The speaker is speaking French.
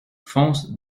fonce